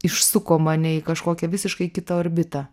išsuko mane į kažkokią visiškai kitą orbitą